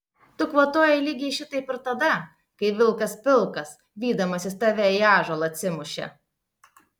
tu kvatojai lygiai šitaip ir tada kai vilkas pilkas vydamasis tave į ąžuolą atsimušė